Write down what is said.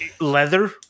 leather